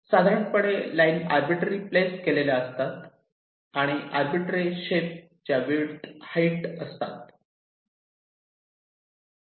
साधारण line arbitrary place केलेल्या असतात आणि अरबीट्रे शेप च्या विड्थ हाइट असतात